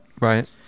Right